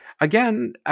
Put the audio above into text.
again